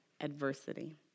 adversity